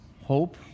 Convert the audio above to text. hope